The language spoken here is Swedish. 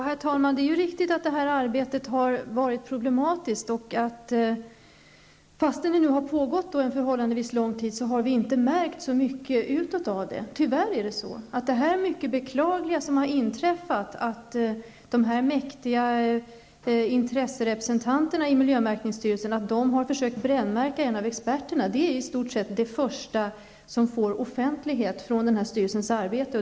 Herr talman! Det är riktigt att detta arbete har varit problematiskt. Fastän det har pågått en förhållandevis lång tid har vi inte märkt så mycket av det utåt. Tyvärr är det så att det mycket beklagliga som har inträffat, att de mäktiga intresserepresentanterna i miljömärkningsstyrelsen har försökt brännmärka en av experterna, i stort sett är det första som får offentlighet från styrelsens arbete.